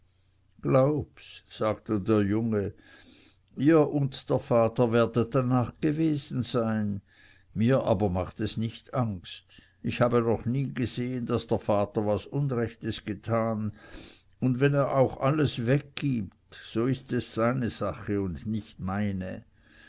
glaubs sagte der junge ihr und der vater werdet darnach gewesen sein mir aber macht es nicht angst habe noch nie gesehen daß der vater was unrechtes getan und wenn er auch alles weggibt so ist es seine sache und nicht meine